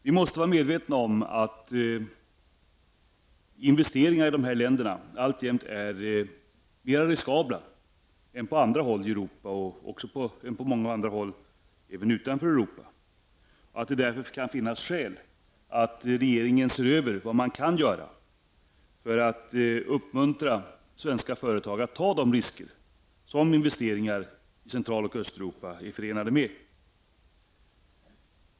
Vi måste vara medvetna om att investeringar i dessa länder alltjämt är mera riskabla än på många andra håll i Europa och också på många andra håll utanför Europa. Därför kan det finnas skäl att regeringen ser över vad som kan göras för att uppmuntra svenska företag att ta de risker som investeringar i Central och Östeuropa är förenade med.